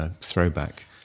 throwback